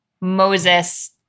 Moses